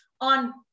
On